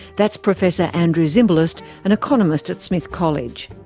that's professor andrew zimbalist, an economist at smith college.